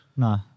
No